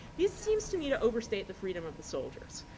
this seems to me to overstate the freedom of the soldiers.